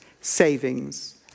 savings